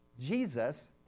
Jesus